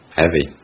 heavy